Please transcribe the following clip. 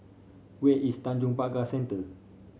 where is Tanjong Pagar Centre